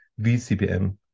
VCBM